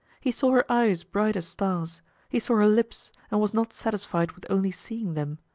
he saw her eyes bright as stars he saw her lips, and was not satisfied with only seeing them.